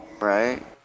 Right